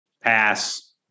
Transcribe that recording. Pass